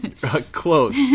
close